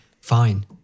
Fine